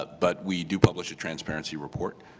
but but we do publish a transparency report,